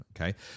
okay